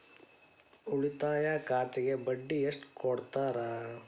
ಉಳಿತಾಯ ಖಾತೆಗೆ ಬಡ್ಡಿ ಎಷ್ಟು ಕೊಡ್ತಾರ?